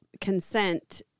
consent